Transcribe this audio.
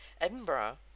edinburgh